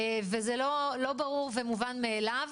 וזה לא ברור ומובן מאליו,